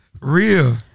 Real